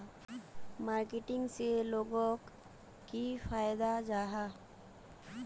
Marketing से लोगोक की फायदा जाहा?